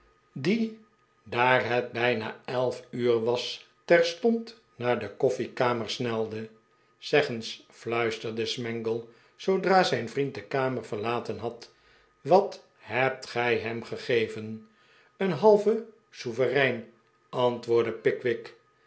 die daar het bijna elf uur was terstond naar de koffiekamer snelde zeg eens fluisterde smangle zoodra zijn vriend de kamer verlaten had wat hebt gij hem gegeven een halve sovereign antwoordde pickwick